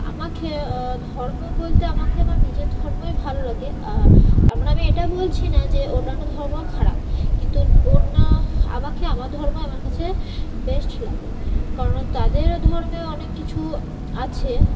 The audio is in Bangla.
আমাকে ধর্ম বলতে আমাকে আমার নিজের ধর্মই ভালো লাগে তার মানে আমি এটা বলছি না যে অন্যান্য ধর্ম খারাপ কিন্তু অন্য আমাকে আমার ধর্মই আমার কাছে বেস্ট লাগে কারণ তাদের ধর্মে অনেক কিছু আছে